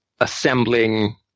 assembling